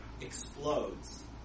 explodes